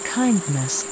kindness